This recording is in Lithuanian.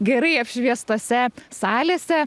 gerai apšviestose salėse